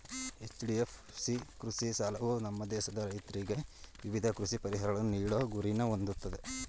HDFC ಕೃಷಿ ಸಾಲವು ನಮ್ಮ ದೇಶದ ರೈತ್ರಿಗೆ ವಿವಿಧ ಕೃಷಿ ಪರಿಹಾರಗಳನ್ನು ನೀಡೋ ಗುರಿನ ಹೊಂದಯ್ತೆ